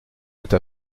cette